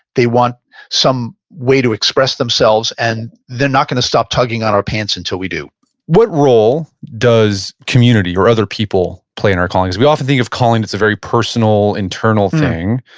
they want some way to express themselves and they're not going to stop tugging on our pants until we do what role does community or other people play in our callings? we often think of calling it's a very personal internal thing,